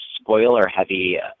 spoiler-heavy